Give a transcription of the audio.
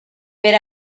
per